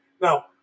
Now